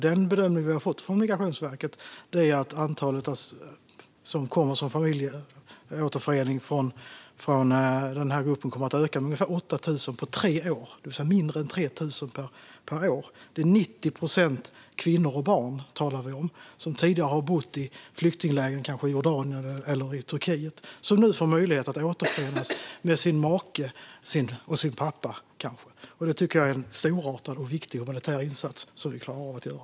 Den bedömning vi har fått från Migrationsverket är att antalet som kommer genom familjeåterförening från den här gruppen kommer att öka med ungefär 8 000 på tre år. Det är alltså mindre än 3 000 per år. Vi talar om 90 procent kvinnor och barn, som tidigare har bott i flyktingläger kanske i Jordanien eller Turkiet och som nu får möjlighet att återförenas med make och pappa. Det tycker jag är en storartad och viktig humanitär insats - som vi klarar av att göra.